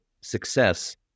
success